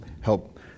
help